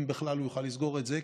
אם בכלל הוא יוכל לסגור את זה,